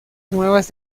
nuevas